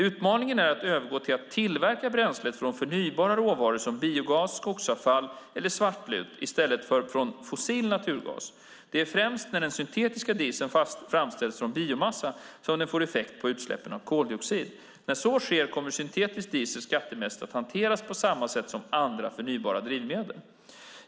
Utmaningen är att övergå till att tillverka bränslet från förnybara råvaror som biogas, skogsavfall eller svartlut i stället för från fossil naturgas. Det är först när den syntetiska dieseln framställs från biomassa som den får effekt på utsläppen av koldioxid. När så sker kommer syntetisk diesel skattemässigt att hanteras på samma sätt som andra förnybara drivmedel.